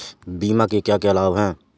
बीमा के क्या क्या लाभ हैं?